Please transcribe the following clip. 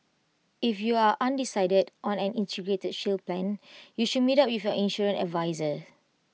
if you are undecided on an integrated shield plan you should meet up with your insurance adviser